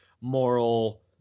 moral